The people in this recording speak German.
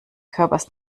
körpers